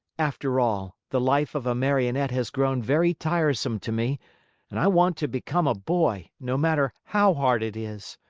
after all, the life of a marionette has grown very tiresome to me and i want to become a boy, no matter how hard it is.